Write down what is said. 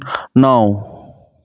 नौ